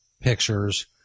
pictures